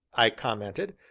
i commented,